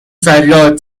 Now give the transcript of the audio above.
فریاد